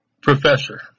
professor